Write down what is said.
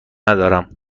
ندارم